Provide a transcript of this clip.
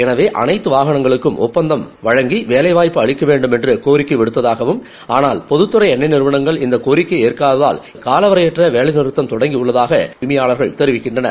எனவே அனைத்து வாகனங்களுக்கும் ஒப்பந்தம் வழங்கி வேலை வாய்ப்பு வழங்க வேண்டுமென்று கோரிக்கை விடுக்காகவும் ஆனால் பொகுத்துறை எண்ணெய் நிறுவனங்கள் இந்த கோரிக்கையை ஏற்காததால் காலவரையற்ற வேலை நிறத்தம் தொடங்கியுள்ளதாக வாரி உரிமையாளர்கள் தெரிவிக்கின்றனர்